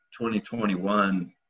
2021